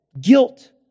guilt